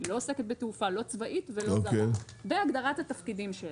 היא לא עוסקת בתעופה לא צבאית ולא זרה בהגדרת התפקידים שלה.